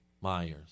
Myers